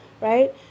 right